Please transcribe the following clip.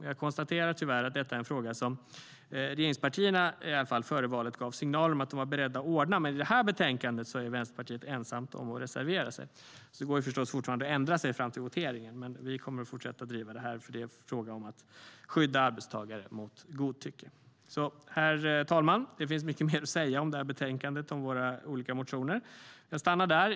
Herr talman! Det finns mycket mer att säga om det här betänkandet och våra olika motioner, men jag stannar där.